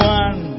one